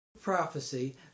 Prophecy